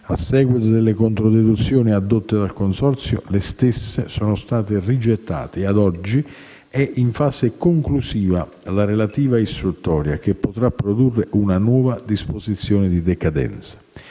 A seguito delle controdeduzioni addotte dal Consorzio, le stesse sono state rigettate e, ad oggi, è in fase conclusiva la relativa istruttoria, che potrà produrre una nuova disposizione di decadenza.